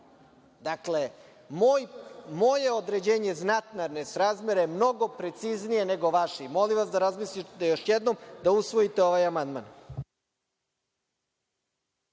sramota. Moje određenje znatne nesrazmere je mnogo preciznije nego vaše i molim vas da razmislite još jednom da usvojite ovaj amandman.